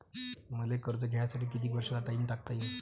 मले कर्ज घ्यासाठी कितीक वर्षाचा टाइम टाकता येईन?